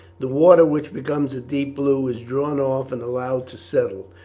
the water, which becomes a deep blue, is drawn off and allowed to settle,